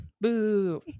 Boo